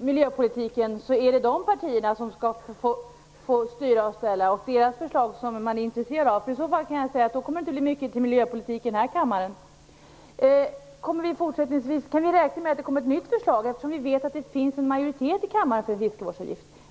miljöpolitiken är det de partierna som skall få styra och ställa och deras förslag som man är intresserad av? I så fall kan jag säga att det inte kommer att bli mycket till miljöpolitik i den här kammaren. Kan vi räkna med att det kommer ett nytt förslag, eftersom vi vet att det finns en majoritet i kammaren för en fiskevårdsavgift?